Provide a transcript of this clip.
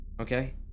Okay